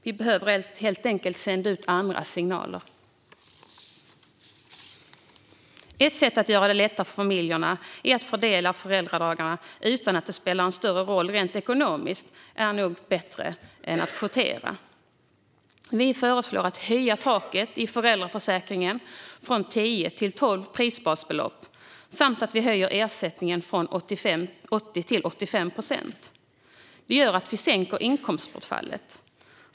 Vi behöver helt enkelt sända ut andra signaler. Att göra det lättare för familjerna att fördela föräldradagarna utan att det spelar någon större roll rent ekonomiskt är nog bättre än att kvotera. Vi föreslår att taket i föräldraförsäkringen höjs från tio till tolv prisbasbelopp samt att ersättningen höjs från 80 till 85 procent. Det gör att vi sänker inkomstbortfallet.